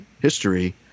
history